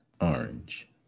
Orange